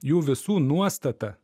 jų visų nuostata